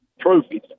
trophies